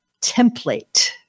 template